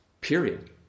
Period